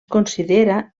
considera